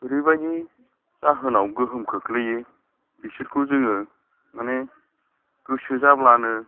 ओरैबायदि जाहोनाव गोहोम खोख्लैयो बिसोरखौ जोङो मानि गोसो जाब्लानो